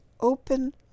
open